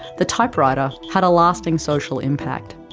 the typewriter had a lasting social impact.